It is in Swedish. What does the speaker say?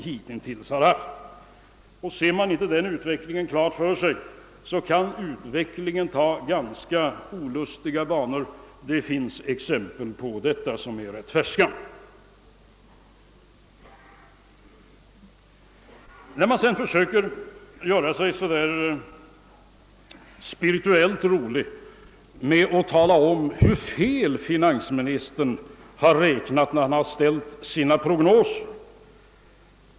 Har man inte denna utveckling klar för sig kan händelserna ta ganska olustiga banor -— det finns färska exempel på detta. Man försöker ibland att vara spirituell och göra sig rolig genom att tala om hur fel finansministern räknat då han gjort upp sina tidigare prognoser.